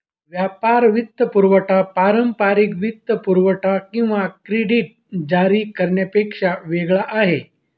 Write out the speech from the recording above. व्यापार वित्तपुरवठा पारंपारिक वित्तपुरवठा किंवा क्रेडिट जारी करण्यापेक्षा वेगळा आहे